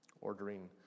Ordering